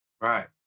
Right